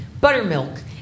buttermilk